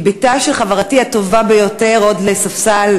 היא בתה של חברתי הטובה ביותר עוד מספסל,